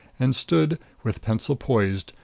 and stood with pencil poised,